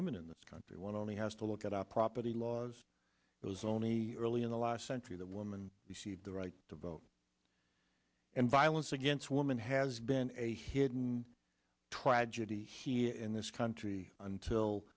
women in this country one only has to look at our property laws it was only early in the last century the women received the right to vote and violence against women has been a hidden tragedy here in this country until